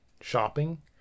shopping